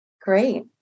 Great